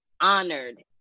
honored